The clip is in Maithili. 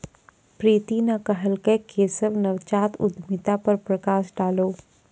प्रीति न कहलकै केशव नवजात उद्यमिता पर प्रकाश डालौ